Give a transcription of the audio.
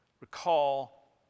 Recall